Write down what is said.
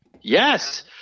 Yes